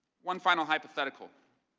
one final hypothetical.